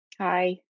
Hi